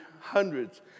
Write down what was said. hundreds